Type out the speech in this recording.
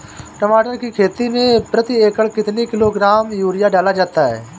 टमाटर की खेती में प्रति एकड़ कितनी किलो ग्राम यूरिया डाला जा सकता है?